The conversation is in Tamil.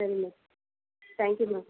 சரி மேம் தேங்க் யூ மேம்